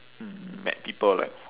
mm met people like